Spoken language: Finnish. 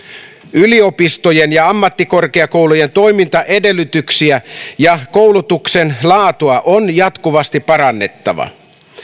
yliopistojen ja ammattikorkeakoulujen toimintaedellytyksiä ja koulutuksen laatua on jatkuvasti parannettava